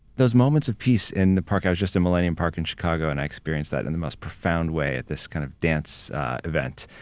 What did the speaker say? those moments of peace in the park, i was just in millennium park in chicago and i experienced that in the most profound way at this kind of dance event.